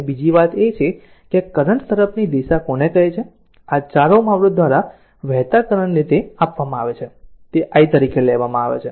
હવે બીજી વાત એ છે કે આ કરંટ તરફની દિશા કોને કહે છે આ 4 Ωઅવરોધ દ્વારા વહેતા કરંટ ને તે આપવામાં આવે છે તે i તરીકે લેવામાં આવે છે